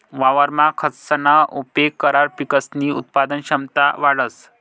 वावरमा खतसना उपेग करावर पिकसनी उत्पादन क्षमता वाढंस